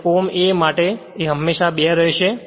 અને om A માટે એ હંમેશાં 2 રહેશે